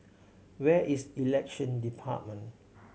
where is Election Department